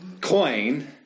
coin